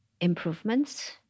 improvements